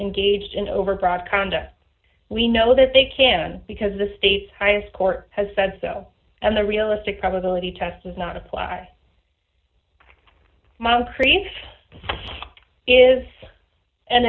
engaged in overbroad conduct we know that they can because the state's highest court has said so and the realistic probability test does not apply moncrief is an